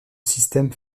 système